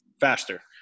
faster